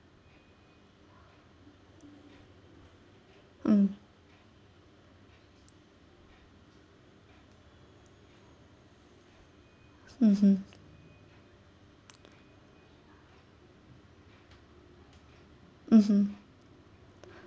mm mmhmm mmhmm